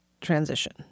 transition